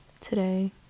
Today